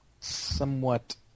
somewhat